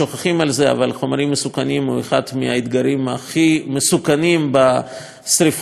אבל חומרים מסוכנים הוא אחד מהאתגרים הכי מסוכנים בשרפות מהסוג הזה,